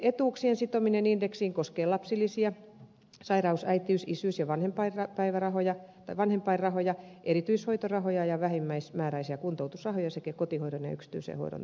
perusetuuksien sitominen indeksiin koskee lapsilisiä sairaus äitiys isyys ja vanhempainrahoja erityishoitorahoja ja vähimmäismääräisiä kuntoutusrahoja sekä kotihoidon ja yksityisen hoidon tukia